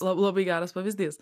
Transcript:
la labai geras pavyzdys